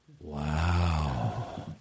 Wow